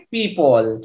people